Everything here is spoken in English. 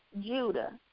Judah